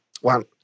one